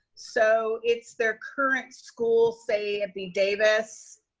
so it's their current school, say, it be davis,